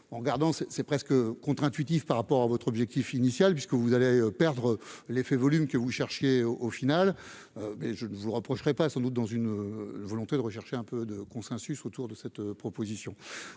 en regardant c'est presque contre- intuitif, par rapport à votre objectif initial puisque vous allez perdre l'effet volume que vous cherchiez, au final, mais je ne vous reprocherai pas, sans doute, dans une volonté de rechercher un peu de consensus autour de cette proposition,